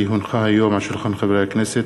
כי הונחה היום על שולחן הכנסת,